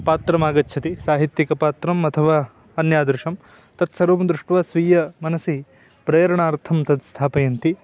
पात्रमागच्छति साहित्यिकपात्रम् अथवा अन्यादृशं तत् सर्वं दृष्ट्वा स्वीय मनसि प्रेरणार्थं तद् स्थापयन्ति